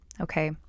Okay